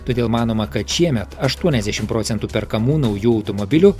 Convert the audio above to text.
todėl manoma kad šiemet aštuoniasdešim procentų perkamų naujų automobilių